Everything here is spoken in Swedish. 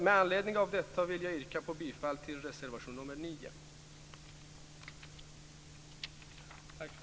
Med anledning av detta vill jag yrka bifall till reservation 9.